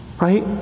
Right